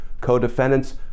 co-defendants